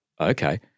okay